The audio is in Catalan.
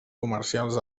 comercials